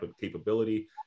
capability